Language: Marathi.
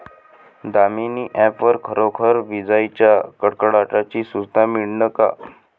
दामीनी ॲप वर खरोखर विजाइच्या कडकडाटाची सूचना मिळन का?